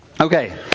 Okay